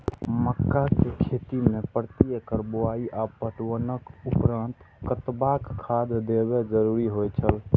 मक्का के खेती में प्रति एकड़ बुआई आ पटवनक उपरांत कतबाक खाद देयब जरुरी होय छल?